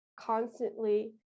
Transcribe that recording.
constantly